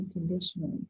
unconditionally